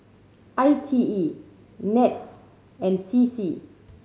I T E NETS and C C